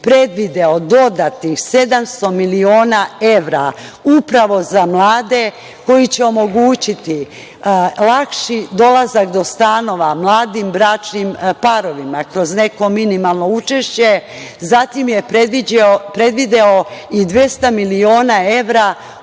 predvideo dodatnih 700 miliona evra upravo za mlade koji će omogućiti lakši dolazak do stanova mladim bračnim stanovima kroz neko minimalno učešće, zatim je predvideo i 200 miliona evra